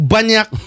Banyak